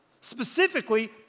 Specifically